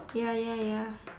ya ya ya